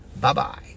Bye-bye